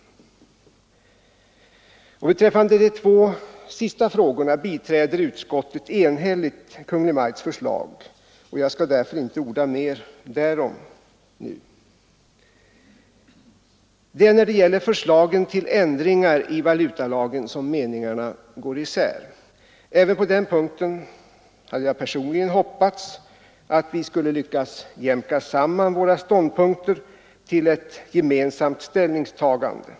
Beträffande de två sistnämnda frågorna biträder utskottet enhälligt Kungl. Maj:ts förslag, och jag skall därför inte nu orda mer därom. Det är när det gäller förslagen till ändringar i valutalagen som meningarna går isär. Även på den punkten hade jag personligen hoppats att vi skulle lyckas jämka samman våra ståndpunkter till ett gemensamt ställningstagande.